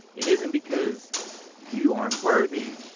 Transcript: it isn't because you aren't worthy.